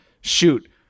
shoot